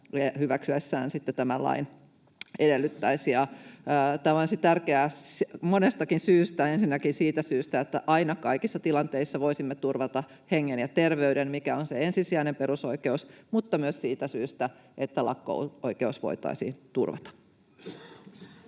hyväksyessään tämän lain edellyttää. Tämä olisi tärkeää monestakin syystä — ensinnäkin siitä syystä, että aina, kaikissa tilanteissa, voisimme turvata hengen ja terveyden, mikä on se ensisijainen perusoikeus, mutta myös siitä syystä, että lakko-oikeus voitaisiin turvata.